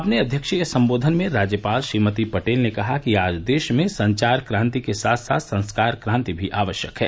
अपने अध्यक्षीय सम्बोधन में राज्यपाल श्रीमती पटेल कहलिनि कि आज देस में संचार क्रांति के साथे साथे संस्कार क्रांतियो जरूरी है